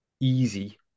easy